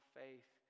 faith